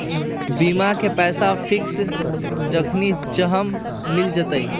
बीमा के पैसा फिक्स जखनि चाहम मिल जाएत?